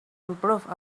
improve